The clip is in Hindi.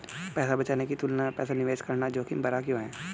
पैसा बचाने की तुलना में पैसा निवेश करना जोखिम भरा क्यों है?